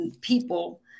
people